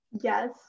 yes